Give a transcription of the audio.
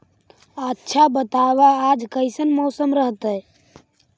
आच्छा बताब आज कैसन मौसम रहतैय?